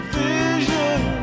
vision